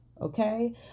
okay